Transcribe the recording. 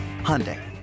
Hyundai